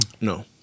No